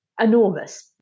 enormous